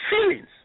feelings